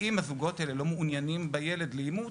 אם הזוגות האלה לא מעוניינים בילד לאימוץ,